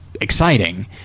exciting